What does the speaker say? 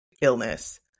illness